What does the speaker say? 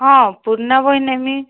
ହଁ ପୁରୁଣା ବହି ନେମି